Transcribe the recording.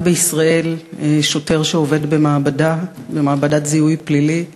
רק בישראל שוטר שעובד במעבדה, במעבדת זיהוי פלילי,